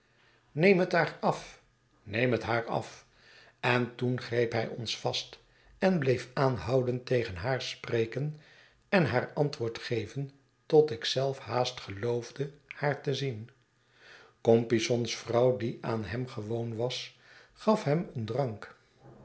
neem het haar af neem het haar af en toen greep hij ons vast en bleefaanhoudend tegen haar spreken en haar antwoord geven tot ik zelf haast geloofde haar te zien compeyson's vrouw die aan hem gewoon was gaf hem een drank